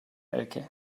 elke